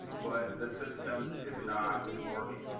but the system is not working.